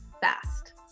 fast